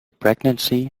pregnancy